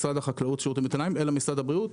הווטרינריים במשרד החקלאות אלא בידי משרד הבריאות.